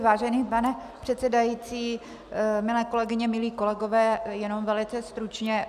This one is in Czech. Vážený pane předsedající, milé kolegyně, milí kolegové, jenom velice stručně.